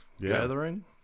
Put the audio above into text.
gathering